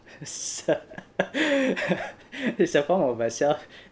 it's a form of a self